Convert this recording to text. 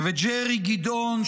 וג'רי גדעון,